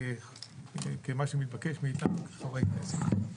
כמה שמתבקש מאיתנו כחברי כנסת.